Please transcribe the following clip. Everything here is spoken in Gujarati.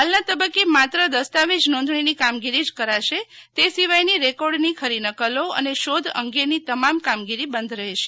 હાલના તબકકે માત્ર દસ્તાવેજ નોંધણીની કામગીરી જ કરાશે તે સિવાયની રેકર્ડની ખરીનકલો અને શોધ અંગેની તમામ કામગીરી બંધ રહેશે